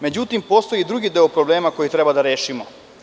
Međutim, postoji i drugi deo problema koji treba da rešio.